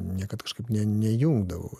niekad kažkaip ne nejungdavau